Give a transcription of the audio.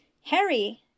Harry